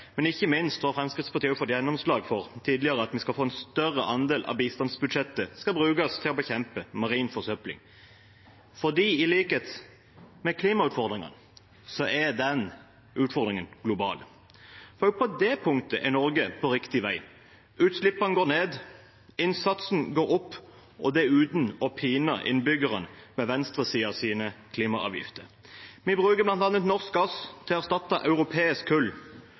men ikke minst har Fremskrittspartiet tidligere også fått gjennomslag for at en større andel av bistandsbudsjettet skal brukes til å bekjempe marin forsøpling. For i likhet med klimautfordringene er denne utfordringen global. Også på det punktet er Norge på riktig vei. Utslippene går ned, innsatsen går opp, og det uten å pine innbyggerne med venstresidens klimaavgifter. Vi bruker bl.a. norsk gass til å erstatte europeisk kull,